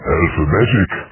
alphabetic